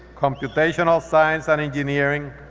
computational science and engineering,